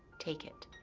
take it.